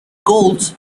goals